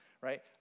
right